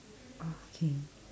okay